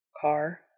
Car